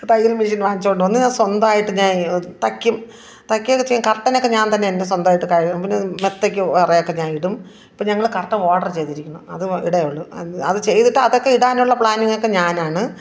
തയ്യൽ മെഷീൻ വാങ്ങിച്ചുകൊണ്ട് വന്ന് സ്വന്തമായിട്ട് ഞാൻ തക്യും തയ്ക്കൊക്കെ ചെയ്യും കർട്ടനൊക്കെ ഞാൻ തന്നെ അങ്ങ് സ്വന്തമായിട്ട് പിന്നെ മെത്തയ്ക്ക് ഉറയൊക്കെ ഞാന് ഇടും അപ്പോള് ഞങ്ങൾ കർട്ടൻ ഓർഡർ ചെയ്തിരിക്കുന്നു അത് ഇടുകയേ ഉള്ളു അത് ചെയ്തിട്ട് അതൊക്കെ ഇടാനുള്ള പ്ലാനിങ് ഒക്കെ ഞാനാണ്